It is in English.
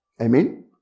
Amen